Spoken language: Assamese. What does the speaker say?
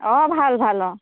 অ' ভাল ভাল অঁ